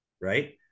right